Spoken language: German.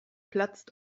platzt